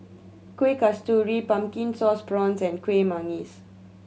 Kueh Kasturi Pumpkin Sauce Prawns and Kuih Manggis